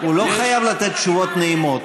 הוא לא חייב לתת תשובות נעימות.